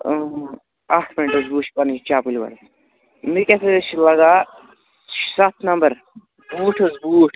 اۭں اکھ مِنٹ حظ بہٕ وٕچھِ پنٕنۍ چپٕن گۄڈٮ۪تھ مےٚ کیٛاہ سا چھِ لگان ستھ نمبر بوٗٹ حظ بوٗٹ